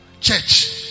Church